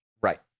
Right